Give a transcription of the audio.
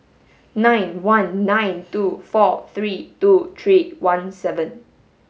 nine one nine two four three two three one seven